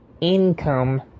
income